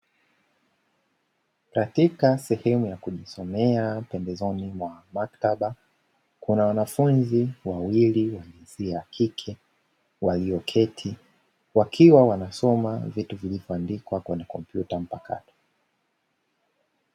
Katika sehemu ya kujisomea pembezoni mwa maktaba, kuna wanafunzi wawili wa jinsia ya kike walioketi wakiwa wanasoma vitu vilivyoandikwa kwenye kompyuta mpakato.